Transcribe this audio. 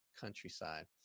countryside